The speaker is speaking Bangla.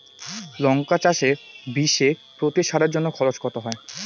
লঙ্কা চাষে বিষে প্রতি সারের জন্য খরচ কত হয়?